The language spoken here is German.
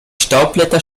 staubblätter